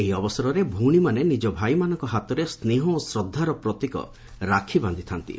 ଏହି ଅବସରରେ ଭଉଣୀମାନେ ନିଜ ଭାଇମାନଙ୍କ ହାତରେ ସେହ ଓ ଶ୍ୱଦ୍ଧାର ପ୍ରତୀକ ରାକ୍ଷୀ ବାନ୍ଧିଥାନ୍ତି